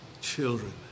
children